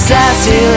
Sassy